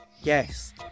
Yes